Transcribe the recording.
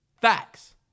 Facts